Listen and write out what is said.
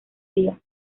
días